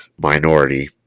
minority